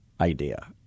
idea